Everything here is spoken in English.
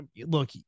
look